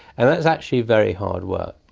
and that's actually very hard work.